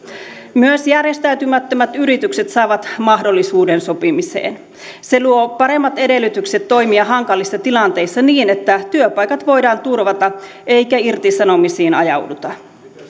myös järjestäytymättömät yritykset saavat mahdollisuuden sopimiseen se luo paremmat edellytykset toimia hankalissa tilanteissa niin että työpaikat voidaan turvata eikä irtisanomisiin ajauduta